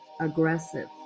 aggressive